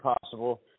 possible